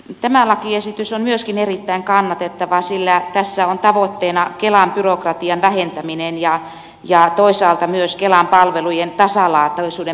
tämä lakiesitys on myöskin erittäin kannatettava sillä tässä on tavoitteena kelan byrokratian vähentäminen ja toisaalta myös kelan palvelujen tasalaatuisuuden parantaminen